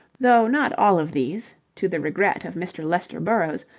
though not all of these, to the regret of mr. lester burrowes,